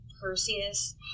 Perseus